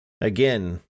Again